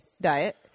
diet